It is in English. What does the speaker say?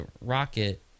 Rocket